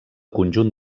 conjunt